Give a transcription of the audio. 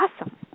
Awesome